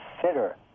consider